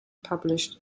published